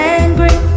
angry